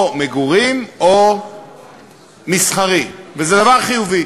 או מגורים או מסחרי, וזה דבר חיובי.